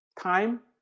time